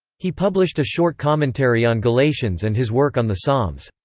he published a short commentary on galatians and his work on the psalms.